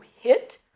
hit